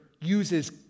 uses